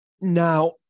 now